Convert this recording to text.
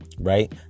right